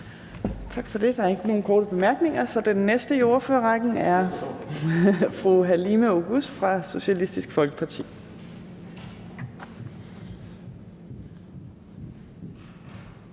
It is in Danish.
Tak for det. Der er ikke nogen korte bemærkninger. Den næste i ordførerrækken er fru Halime Oguz fra Socialistisk Folkeparti.